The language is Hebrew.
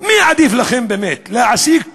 מי עדיף לכם באמת, להעסיק סינים,